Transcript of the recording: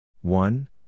one